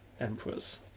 emperors